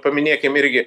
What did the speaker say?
paminėkim irgi